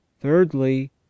Thirdly